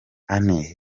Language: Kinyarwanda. anne